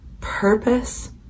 purpose